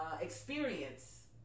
experience